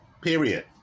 period